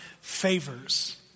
favors